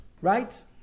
Right